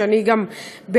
שאני גם בעדם,